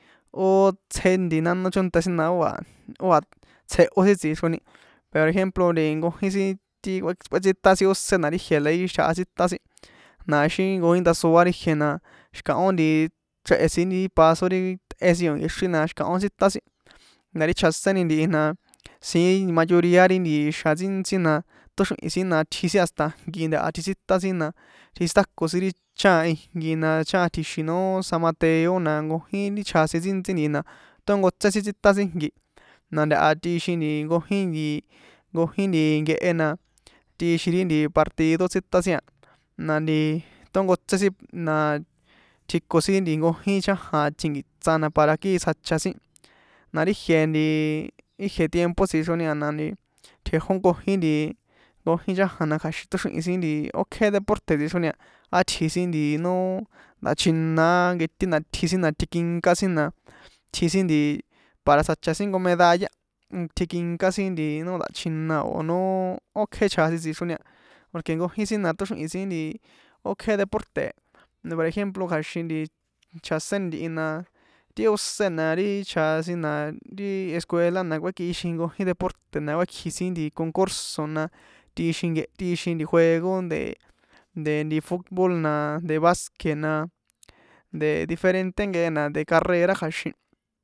Ó itsjé nánó chónta sin na ó a̱ jehó ó a̱ tsjehŏ sin tsixroni por ejemplo nkojin sin ti kue kꞌuĕtsintan sin ósé na ri ijie na í xitjaha tsítan sin na ixi nkojin ndasoa ri ijie na xi̱kahón chréhe̱ sin ri paso ri tꞌé sin o̱ nkexrin na xi̱kahón tsítan sin na ri chjaséni ntihi na siín mayoría ri xjan ntsíntsí na tóxrihi̱n sin na tji sin hasta ijnki ntaha tjitsitan sin na tjitsítako sin chajan ijnko na chajan tji̱xin nó san mateo na nkojin ri chjasin ntsíntsí ntihi na tónkotsé sin tsíta sin ijnki na ntaha tꞌixin nkojín nti nkojin nti nkehe na tꞌixin ri nti partido tsíton sin na tónkotsé sin na tjiko sin nti jnkojín chajan tjinkiṭsan na para kii tsjacha sin na ri jie nti ijie tiempo tsixro a na nti tjejó nkojin nti nkojin chajan na kja̱xin tóxrihin sin ókje deporte tsixroni a atji sin nó nda̱chjina á nketin na itji sin na tikinká sin na itji sin nti para tsjacha sin jnko medalla tjikinká sin nti nó nda̱chjina o̱ nó ókje chjasin tsixroni a porque nkojin sin na tóxrihi̱n ókje deporte̱ por ejemplo kja̱xin chjaséni ntihi na ti ósé na ti chjasin na ri escuela na kuékixin nkojin deporte̱ na kuékji sin nti nkojin concurso na tꞌixin nke juego de de nti futbol na de baske na de diferente nkehe na de carrera kja̱xin.